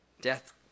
Death